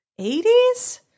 80s